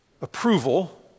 approval